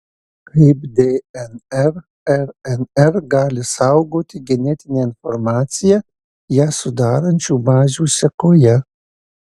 kaip dnr rnr gali saugoti genetinę informaciją ją sudarančių bazių sekoje